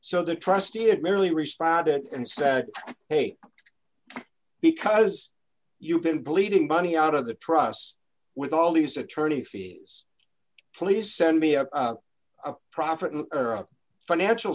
so the trustee had merely responded and said hey because you've been bleeding money out of the trust with all these attorney fees please send me a profit and financial